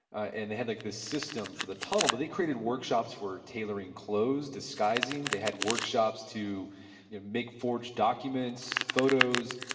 and they had like this system for the tunnel, but they created workshops for tailoring clothes, disguising, they had workshops to make forged documents, photos,